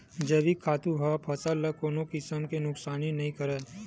जइविक खातू ह फसल ल कोनो किसम के नुकसानी नइ करय